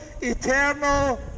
eternal